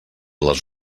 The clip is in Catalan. les